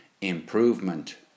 improvement